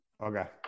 Okay